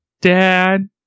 Dad